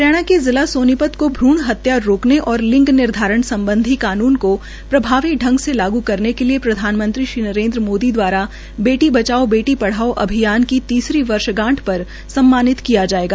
हरियाणा के जिला सोनीपत को भ्र्ण हत्या रोकने और लिंग निर्धारण सम्बधी कानून को प्रभावी ांग से लागू करने के लिए प्रधानमंत्री श्री नरेन्द्र मोदी द्वारा बेटी बचाओ बेटी पढ़ाओ अभियान की तीसरी वर्षगांठ पर सम्मानित किया जाएगा